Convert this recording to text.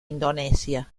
indonesia